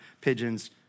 pigeons